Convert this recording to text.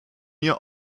ihr